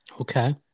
Okay